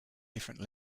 different